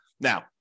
Now